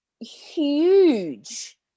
huge